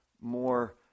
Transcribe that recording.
more